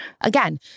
again